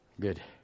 Good